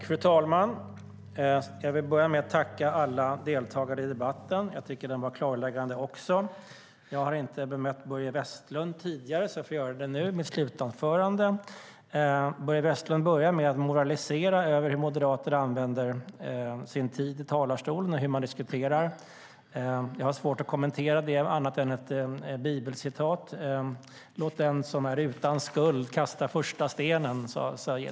Fru talman! Jag vill börja med att tacka alla deltagare i debatten. Också jag tycker att den var klarläggande. Jag har inte bemött Börje Vestlund tidigare, så jag får göra det nu i mitt slutanförande. Börje Vestlund börjar med att moralisera över hur moderater använder sin tid i talarstolen och hur man diskuterar. Jag har svårt att kommentera det annat än med ett bibelcitat. Jesus sade en gång: Låt den som är utan skuld kasta första stenen.